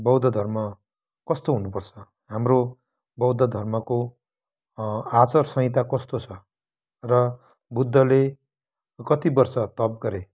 बौद्ध धर्म कस्तो हुनुपर्छ हाम्रो बौद्ध धर्मको आचर संहिता कस्तो छ र बुद्धले कति वर्ष तप गरे